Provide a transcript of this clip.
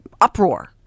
uproar